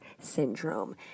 syndrome